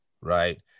right